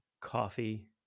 coffee